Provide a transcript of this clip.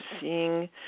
seeing